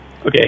Okay